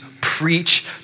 preach